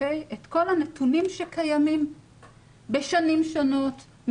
את כל הנתונים שקיימים בשנים שונות,